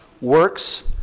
works